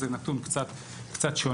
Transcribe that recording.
זה נתון קצת שונה,